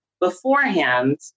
beforehand